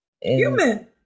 human